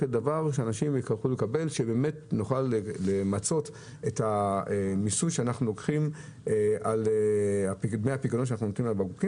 שבאמת נוכל למצות את המיסוי שאנחנו גובים על דמי הפיקדון בבקבוקים.